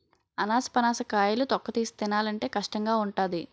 అనాసపనస కాయలు తొక్కతీసి తినాలంటే కష్టంగావుంటాది